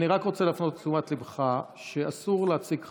אני רק רוצה להפנות את תשומת ליבך לכך שאסור להציג חפצים.